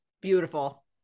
beautiful